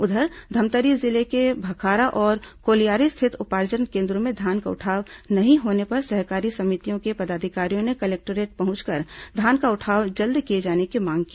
उधर धमतरी जिले के भखारा और कोलयारी स्थित उपार्जन केन्द्रों में धान का उठाव नहीं होने पर सहकारी समितियों के पदाधिकारियों ने कलेक्टोरेट पहुंचकर धान का उठाव जल्द किए जाने की मांग की